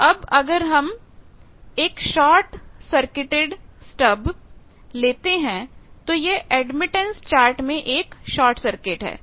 तो अब अगर यह एक शॉर्टेड स्टब है तो यह एडमिटन्स चार्ट में एक शॉर्ट सर्किट है